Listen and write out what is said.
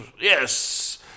Yes